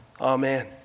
Amen